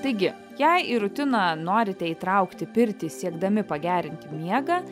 taigi jei į rutiną norite įtraukti pirtį siekdami pagerinti miegą